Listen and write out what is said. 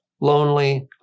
lonely